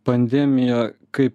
pandemija kai